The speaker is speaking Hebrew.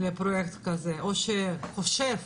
לפרויקט כזה, או שחושב